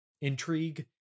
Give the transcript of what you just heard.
intrigue